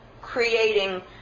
creating